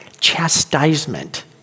chastisement